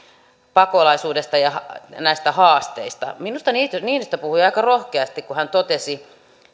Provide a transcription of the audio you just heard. pakolaisuudesta ja näistä haasteista minusta niinistö puhui aika rohkeasti kun hän totesi